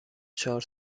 چهار